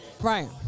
Brian